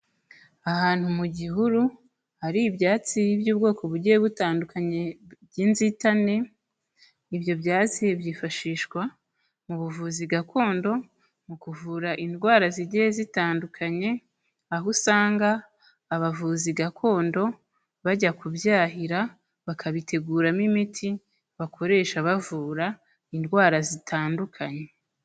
Ahantu mu gihuru hari ibyatsi by'ubwoko bugiye butandukanye, by'inzitane ibyo byatsi byifashishwa mu buvuzi gakondo, mu kuvura indwara zigiye zitandukanye aho usanga abavuzi gakondo, bajya kubyahira bakabiteguramo imiti bakoresha bavura indwara zitandukanye.